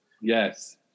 Yes